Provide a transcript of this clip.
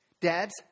Dads